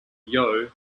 yeo